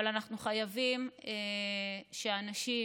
אבל אנחנו חייבים שאנשים,